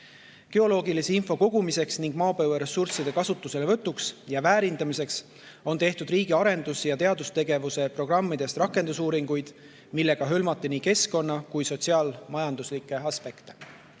Geoloogilise info kogumiseks ning maapõueressursside kasutuselevõtuks ja väärindamiseks on tehtud riigi arendus‑ ja teadustegevuse programmi [raames] rakendusuuringuid, mis on hõlmanud nii keskkonna‑ kui sotsiaal-majanduslikke aspekte.